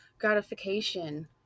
gratification